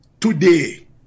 today